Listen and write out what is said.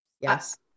Yes